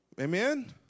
Amen